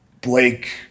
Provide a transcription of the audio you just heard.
Blake